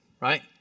right